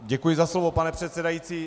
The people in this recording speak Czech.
Děkuji za slovo, pane předsedající.